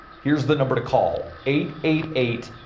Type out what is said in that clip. here's the number to call eight, eight, eight,